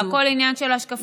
זה הכול עניין של השקפה,